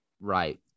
Right